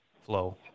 flow